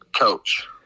coach